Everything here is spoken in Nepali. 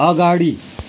अगाडि